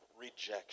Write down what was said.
rejection